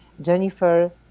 Jennifer